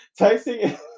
texting